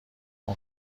اون